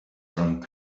from